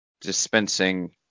dispensing